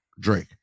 drake